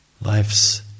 life's